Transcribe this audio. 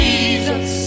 Jesus